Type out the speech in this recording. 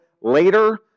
later